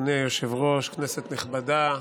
אדוני היושב-ראש, כנסת נכבדה,